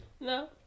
no